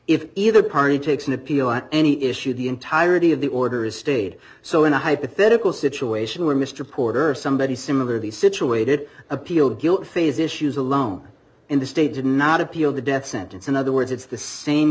if either party takes an appeal on any issue the entirety of the order is stayed so in a hypothetical situation where mr porter somebody similarly situated appeal guilt phase issues alone in the state did not appeal the death sentence in other words it's the same